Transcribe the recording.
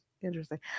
interesting